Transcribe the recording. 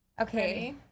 Okay